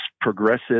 progressive